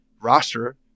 roster